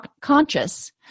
conscious